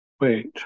Wait